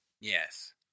Yes